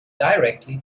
directly